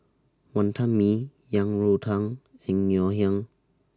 Wonton Mee Yang Rou Tang and Ngoh Hiang